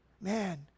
Man